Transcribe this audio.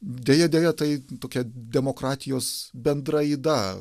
deja deja tai tokia demokratijos bendra yda